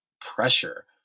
pressure